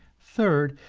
third,